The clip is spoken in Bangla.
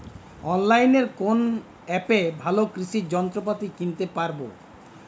অনলাইনের কোন অ্যাপে ভালো কৃষির যন্ত্রপাতি কিনতে পারবো?